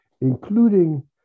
including